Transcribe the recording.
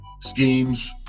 schemes